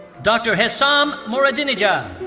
dr. hesam moradinejad.